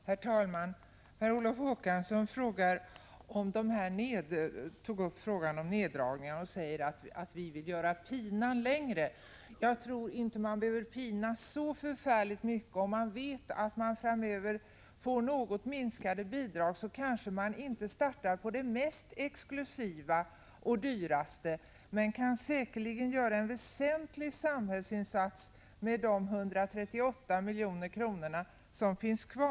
Herr talman! Per Olof Håkansson tog upp frågan om neddragningarna. Han säger att vi vill göra pinan längre. Jag tror inte att man behöver pinas så förfärligt mycket. Om man vet att man framöver får något mindre bidrag, kan man inte starta med det mest exklusiva och det dyraste. Säkerligen går det att göra en väsentlig samhällsinsats med de 138 milj.kr. som finns kvar.